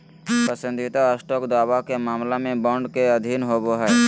पसंदीदा स्टॉक दावा के मामला में बॉन्ड के अधीन होबो हइ